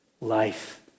life